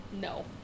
No